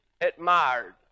admired